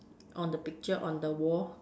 on the picture on the wall